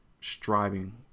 striving